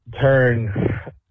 turn